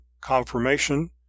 confirmation